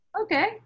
Okay